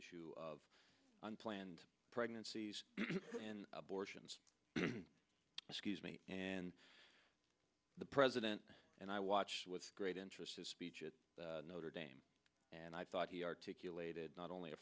issue of unplanned pregnancies and abortions excuse me and the president and i watched with great interest his speech at notre dame and i thought he articulated not only a